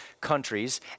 countries